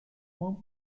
form